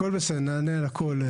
הכול בסדר, נענה על הכול.